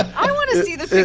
i want to see the